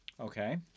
Okay